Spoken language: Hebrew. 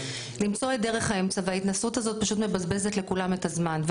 למצוא את דרך האמצע אבל ההתנשאות הזאת פשוט מבזבזת לכולם את הזמן,